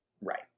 Right